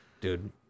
dude